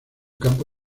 campo